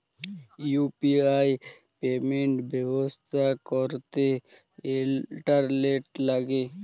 UPI payment ব্যবস্থা ক্যরতে internet ল্যাগে